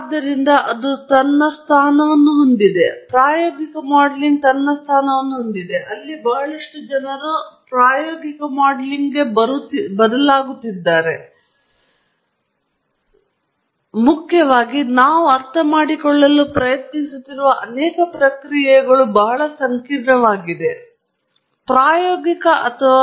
ಆದ್ದರಿಂದ ಅದು ತನ್ನ ಸ್ಥಾನವನ್ನು ಹೊಂದಿದೆ ಪ್ರಾಯೋಗಿಕ ಮಾಡೆಲಿಂಗ್ ತನ್ನ ಸ್ಥಾನವನ್ನು ಹೊಂದಿದೆ ಅಲ್ಲಿ ಬಹಳಷ್ಟು ಜನರು ಪ್ರಾಯೋಗಿಕ ಮಾಡೆಲಿಂಗ್ಗೆ ಬದಲಾಗುತ್ತಿದ್ದಾರೆ ಮುಖ್ಯವಾಗಿ ನಾವು ಅರ್ಥಮಾಡಿಕೊಳ್ಳಲು ಪ್ರಯತ್ನಿಸುತ್ತಿರುವ ಅನೇಕ ಪ್ರಕ್ರಿಯೆಗಳು ಬಹಳ ಸಂಕೀರ್ಣವಾಗಿವೆ ಏಕೆಂದರೆ ನಾವು ಮೊದಲ ತತ್ವಗಳ ಮಾದರಿಯನ್ನು ಬರೆಯುತ್ತೇವೆ